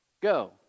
Go